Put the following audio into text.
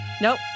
Nope